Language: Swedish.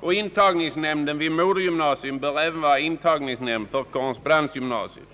och intagningsnämnden vid modergymnasiet bör vara intagningsnämnd även för korrespondensgymnasiet.